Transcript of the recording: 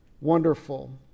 wonderful